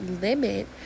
limit